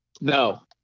No